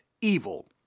evil